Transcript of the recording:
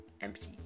empty